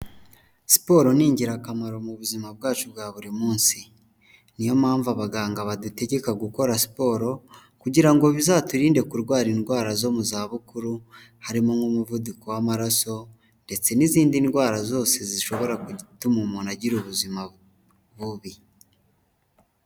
Siporo ni ingirakamaro mu buzima bwacu bwa buri munsi, niyo mpamvu abaganga badutegeka gukora siporo kugira ngo bizaturinde kurwara indwara zo mu zabukuru, harimo nk'umuvuduko w'amaraso ndetse n'izindi ndwara zose zishobora gutuma umuntu agira ubuzima bubi.